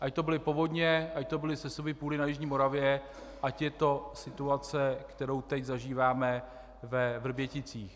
Ať to byly povodně, ať to byly sesuvy půdy na jižní Moravě, ať je to situace, kterou teď zažíváme ve Vrběticích.